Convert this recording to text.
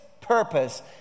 purpose